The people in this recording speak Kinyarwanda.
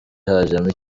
hajemo